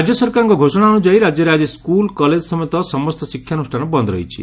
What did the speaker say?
ରାକ୍ୟ ସରକାରଙ୍କ ଘୋଷଣା ଅନୁଯାୟୀ ରାକ୍ୟରେ ଆକି ସ୍କୁଲ୍ କଲେଜ ସମେତ ସମସ୍ତ ଶିକ୍ଷାନୁଷ୍ଠାନ ବନ୍ନ ରହିଛି